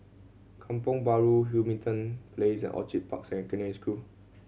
Kampong Bahru Hamilton Place and Orchid Park Secondary School